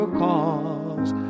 cause